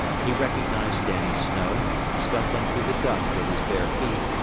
he recognized dannie snow, scuffling through the dust with his bare feet,